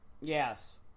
Yes